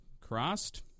crossed